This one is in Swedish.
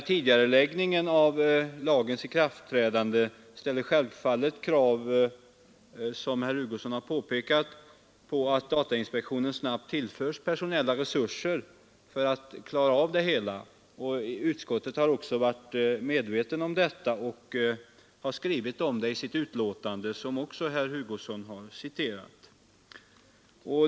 Tidigareläggningen av lagens ikraftträdande ställer självfallet krav, som herr Hugosson har påpekat, på att datainspektionen snabbt tillförs personella resurser för att klara av det hela. Utskottet har också varit medvetet om detta och har skrivit om det i sitt betänkande, vilket även herr Hugosson har citerat.